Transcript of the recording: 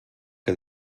que